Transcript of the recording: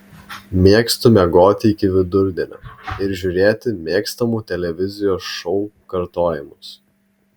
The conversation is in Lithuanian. mėgstu miegoti iki vidurdienio ir žiūrėti mėgstamų televizijos šou kartojimus